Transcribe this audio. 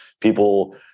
People